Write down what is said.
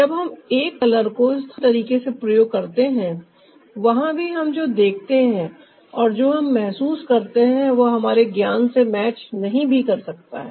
जब हम एक कलर को स्थानीय तरीके से प्रयोग करते हैं वहां भी हम जो देखते हैं और जो हम महसूस करते हैं वह हमारे ज्ञान से मैच नहीं भी कर सकता हैं